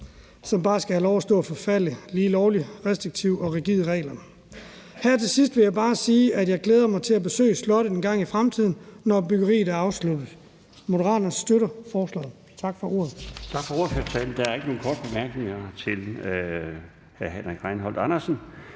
som bare skal have lov at stå og forfalde på grund af lige lovlig restriktive og rigide regler. Her til sidst vil jeg bare sige, at jeg glæder mig til at besøge slottet engang i fremtiden, når byggeriet er afsluttet. Moderaterne støtter lovforslaget. Tak for ordet.